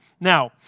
Now